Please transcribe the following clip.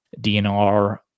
DNR